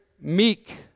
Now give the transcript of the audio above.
meek